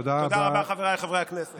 תודה רבה, חבריי חברי הכנסת.